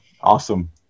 Awesome